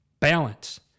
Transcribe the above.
balance